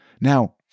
Now